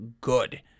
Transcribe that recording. good